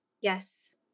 Yes